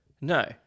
No